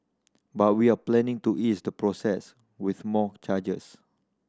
but we are planning to ease the process with more changes